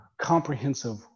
comprehensive